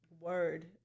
word